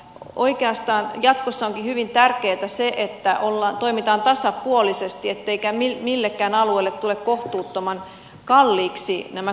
oikeastaan jatkossa onkin hyvin tärkeätä se että toimitaan tasapuolisesti etteivät millekään alueelle tule kohtuuttoman kalliiksi nämä kompensaatiokustannukset